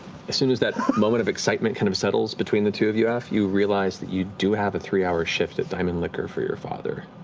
as soon as that moment of excitement kind of settles between the two of you, af, you realize that you do have a three-hour shift at diamond liquor for your father.